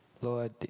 Lord